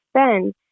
spend